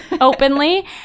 openly